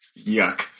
Yuck